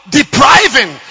depriving